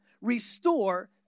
restore